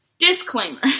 disclaimer